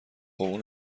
اون